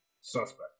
Suspect